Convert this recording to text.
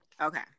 Okay